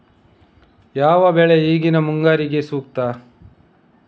ಯಾವ ಬೆಳೆ ಈಗಿನ ಮುಂಗಾರಿಗೆ ಸೂಕ್ತ?